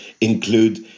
include